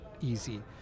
easy